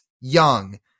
Young